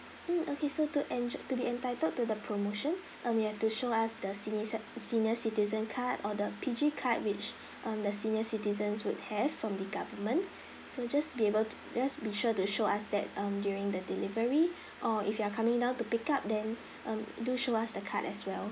mm okay so to enjo~ to be entitled to the promotion um you have to show us the senior se~ senior citizen card or the P_G card which um the senior citizens would have from the government so just be able to just be sure to show us that um during the delivery or if you are coming down to pick up then um do show us the card as well